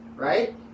Right